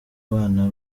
bana